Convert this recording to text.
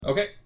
Okay